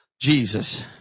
Jesus